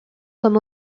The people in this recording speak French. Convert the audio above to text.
comme